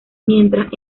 mientras